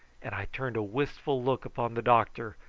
and i turned a wistful look upon the doctor,